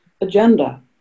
agenda